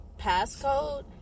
passcode